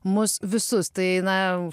mus visus tai na